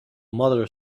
mother